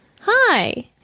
Hi